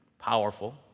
Powerful